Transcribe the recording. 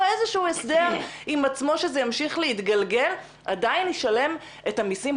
איזשהו הסדר עם עצמו שזה ימשיך להתגלגל עדיין ישלם את המיסים.